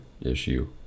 issue